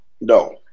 No